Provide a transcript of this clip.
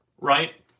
right